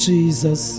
Jesus